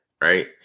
right